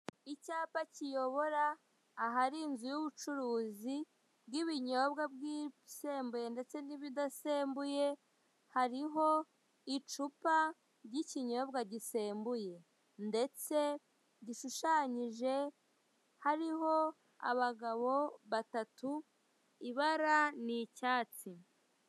Icyapa kiyobora ahari inzu y'ubucuruzi y'ibinyobwa bw'ibisembuye ndetse n'ibidasembuye hariho icupa ry'ikinyobwa gisembuye. Ndetse gishushanyije hariho abagabo batatu ibara n'icyatsi.